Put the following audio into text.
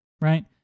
right